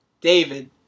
David